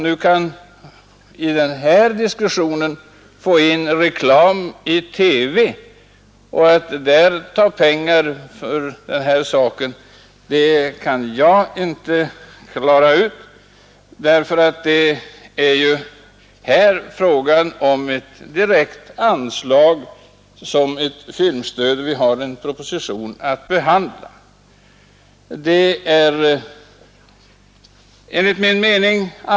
Hur man i den här diskussionen kan få in reklam-TV och därifrån kräva pengar det kan jag inte klara ut. Vi har nu att behandla en proposition som gäller frågan om ett direkt anslag för statligt filmstöd.